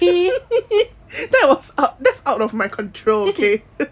that was that's out of my control okay